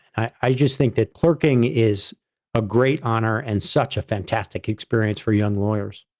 i just think that clerking is a great honor and such a fantastic experience for young lawyers.